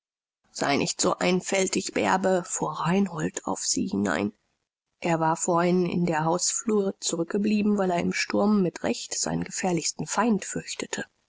sei nicht so einfältig bärbe fuhr reinhold auf sie hinein er war vorhin in der hausflur zurückgeblieben weil er im sturm mit recht seinen gefährlichsten feind fürchtete